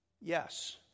Yes